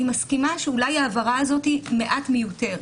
אני מסכימה שאולי ההבהרה הזאת מעט מיותרת,